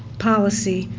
policy.